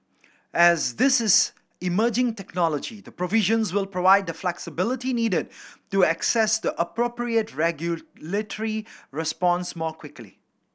as this is emerging technology the provisions will provide the flexibility needed to assess the appropriate regulatory response more quickly